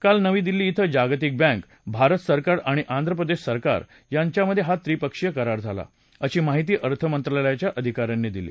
काल नवी दिल्ली इथं जागतिक बँक भारत सरकार आणि आंध्रप्रदेश सरकार यांच्यामधे हा त्रिपक्षीय करार झाला अशी माहिती अर्थमंत्रालयाच्या अधिका यांनी दिली